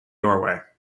doorway